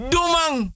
Dumang